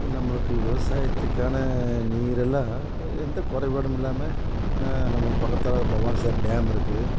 இப்போ நம்மளுக்கு விவசாயத்துக்கான நீர் எல்லாம் எந்த குறைபாடும் இல்லாமல் நம்மளுக்கு பக்கத்தில் பவானி சாகர் டேம் இருக்குது